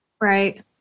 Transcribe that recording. Right